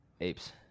Apes